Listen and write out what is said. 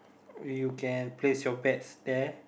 you can place your bets there